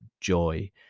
joy